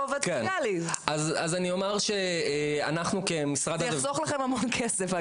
זה יחסוך לכם המון כסף,